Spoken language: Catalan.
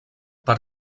per